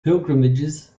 pilgrimages